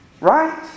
Right